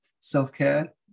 self-care